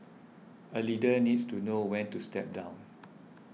a leader needs to know when to step down